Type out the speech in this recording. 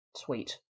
tweet